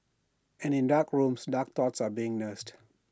and in dark rooms dark thoughts are being nursed